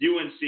UNC